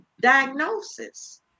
diagnosis